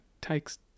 takes